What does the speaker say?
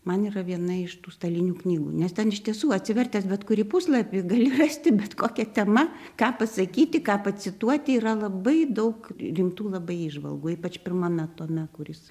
man yra viena iš tų stalinių knygų nes ten iš tiesų atsivertęs bet kurį puslapį gali rasti bet kokia tema ką pasakyti ką pacituoti yra labai daug rimtų labai įžvalgų ypač pirmame tome kuris